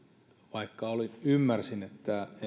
vaikka näin ymmärsin